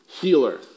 healer